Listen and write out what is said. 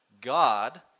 god